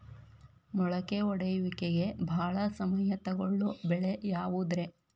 ಮೊಳಕೆ ಒಡೆಯುವಿಕೆಗೆ ಭಾಳ ಸಮಯ ತೊಗೊಳ್ಳೋ ಬೆಳೆ ಯಾವುದ್ರೇ?